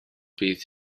bydd